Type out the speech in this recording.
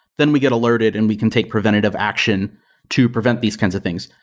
then we get alerted and we can take preventative action to prevent these kinds of things.